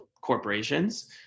corporations